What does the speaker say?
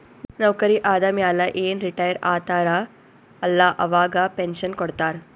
ನೌಕರಿ ಆದಮ್ಯಾಲ ಏನ್ ರಿಟೈರ್ ಆತಾರ ಅಲ್ಲಾ ಅವಾಗ ಪೆನ್ಷನ್ ಕೊಡ್ತಾರ್